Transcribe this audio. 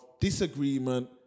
disagreement